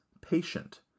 patient